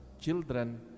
children